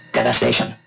Devastation